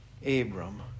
Abram